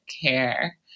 care